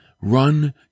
run